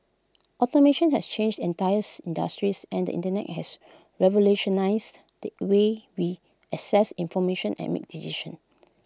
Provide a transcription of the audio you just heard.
automation has changed entire industries and the Internet has revolutionised the way we access information and make decisions